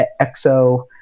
EXO